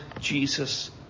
Jesus